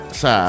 sa